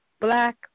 black